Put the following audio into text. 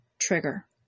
trigger